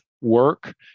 Work